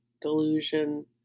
delusion